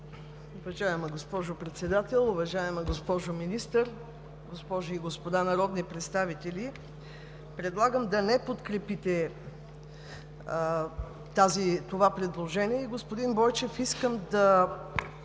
Уважаема госпожо Председател, уважаема госпожо Министър, госпожи и господа народни представители! Предлагам да не подкрепите това предложение. И, господин Бойчев, искам да